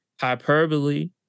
hyperbole